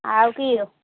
ଆଉ କିଏ